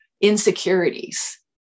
insecurities